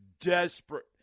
desperate